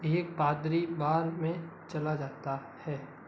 एक पादरी बार में चला जाता है